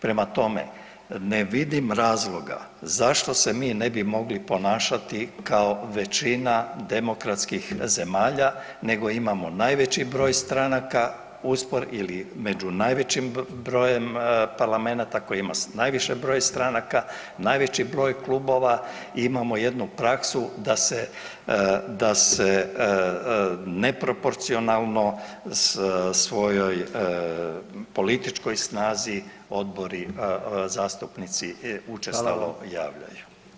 Prema tome, ne vidim razloga zašto se mi ne bi mogli ponašati kao većina demokratskih zemalja nego imamo najveći broj stranaka ili među najvećim brojem parlamenata koji ima najviše broj stranka, najveći broj klubova i imamo jednu praksu da se neproporcionalno svojoj političkoj snazi zastupnici učestalo javljaju.